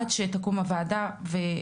עד שתקום הוועדה.